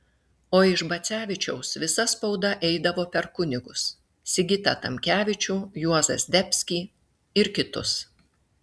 o iš bacevičiaus visa spauda eidavo per kunigus sigitą tamkevičių juozą zdebskį ir kitus